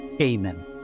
Amen